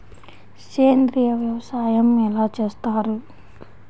సేంద్రీయ వ్యవసాయం ఎలా చేస్తారు?